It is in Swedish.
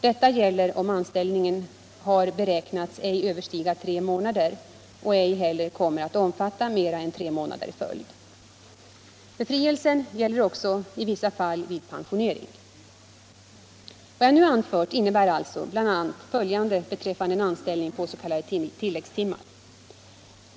Detta gäller om anställningen har beräknats ej överstiga tre månader och ej heller kommer att omfatta mer än tre månader i följd. Befrielsen gäller också i vissa fall vid pensionering. Vad jag nu anfört innebär alltså bl.a. följande beträffande en anställ ning på s.k. tilläggstimmar.